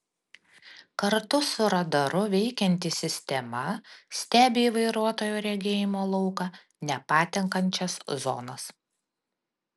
kartu su radaru veikianti sistema stebi į vairuotojo regėjimo lauką nepatenkančias zonas